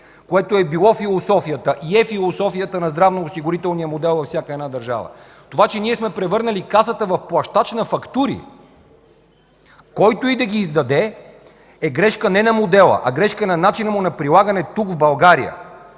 което е било философията и е философията на здравноосигурителния модел във всяка една държава. Това, че сме превърнали Касата в плащач на фактури – който и да ги издаде, е грешка не на модела, а в начина на прилагането му тук, в България.